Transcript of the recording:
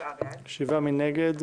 מי נמנע?